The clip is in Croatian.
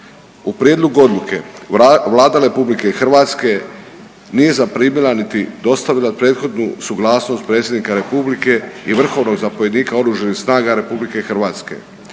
U prijedlogu odluke Vlada RH nije zaprimila niti dostavila prethodnu suglasnost Predsjednika Republike i vrhovnog zapovjednika Oružanih snaga RH.